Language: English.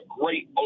great